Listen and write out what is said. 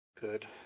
good